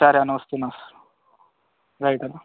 సరే అన్న వస్తున్న రైట్ అన్న